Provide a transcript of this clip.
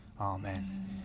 Amen